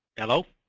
hello?